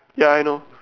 ya I know